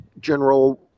General